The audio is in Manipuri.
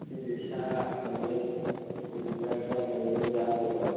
ꯉꯁꯤꯗꯤ ꯁꯥ ꯇꯧꯔꯤ ꯑꯩꯈꯣꯏꯗꯤ ꯆꯥꯛ ꯆꯥꯗꯧꯔꯦ ꯅꯣꯏ ꯆꯥꯗ꯭ꯔꯤꯕꯣ